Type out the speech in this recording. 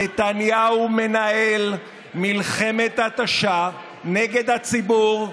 נתניהו מנהל מלחמת התשה נגד הציבור,